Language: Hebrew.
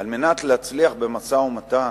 על מנת להצליח במשא-ומתן,